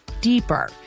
deeper